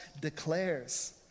declares